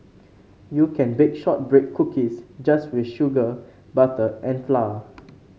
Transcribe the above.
you can bake shortbread cookies just with sugar butter and flour